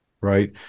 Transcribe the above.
right